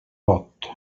pot